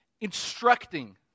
instructing